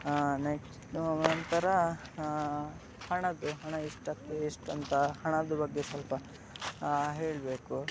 next ನಂತರ ಹಣದ್ದು ಹಣ ಎಷ್ಟಾಗ್ತದೆ ಎಷ್ಟಂತ ಹಣದ್ದು ಬಗ್ಗೆ ಸಲ್ಪ ಹೇಳಬೇಕು